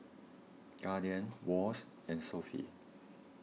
Guardian Wall's and Sofy